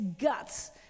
guts